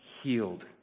healed